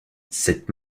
cette